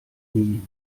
nie